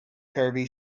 turvy